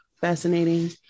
Fascinating